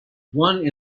one